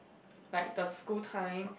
like the school time